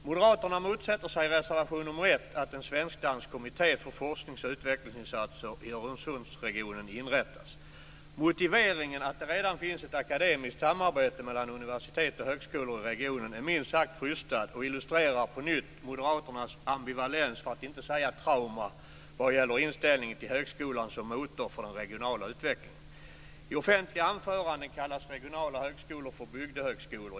Moderaterna motsätter sig i reservation nr 1 att en svensk-dansk kommitté för forsknings och utvecklingsinsatser i Öresundsregionen inrättas. Motiveringen att det redan finns ett akademiskt samarbete mellan universitet och högskolor i regionen är minst sagt krystad och illustrerar på nytt moderaternas ambivalens, för att inte säga trauma, vad gäller inställningen till högskolan som motor för den regionala utvecklingen. I offentliga anföranden kallas regionala högskolor för bygdehögskolor.